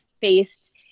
faced